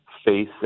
Face